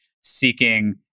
seeking